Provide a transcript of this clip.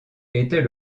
était